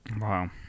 Wow